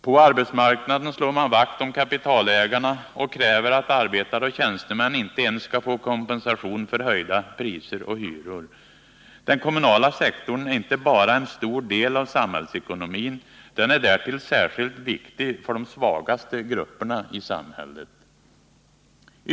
På arbetsmarknaden slår man vakt om kapitalägarna och kräver att arbetare och tjänstemän inte ens skall få kompensation för höjda priser och hyror. Den kommunala sektorn svarar inte bara för en stor del av samhällets utgifter och inkomster, den är därtill särskilt viktig för de svagaste grupperna i samhället.